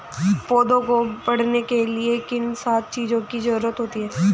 पौधों को बढ़ने के लिए किन सात चीजों की जरूरत होती है?